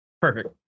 Perfect